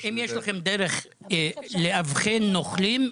אם יש לכם דרך לאבחן נוכלים,